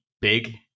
big